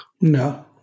no